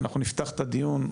אנחנו נפתח את הדיון,